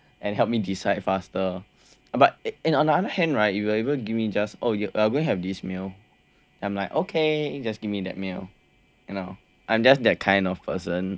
and help me decide faster but on the other hand right if you will ever give me a meal just oh you are going to have this meal I'm like okay you just give me that meal you know I'm just that kind of person